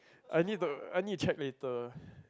I need to I need check later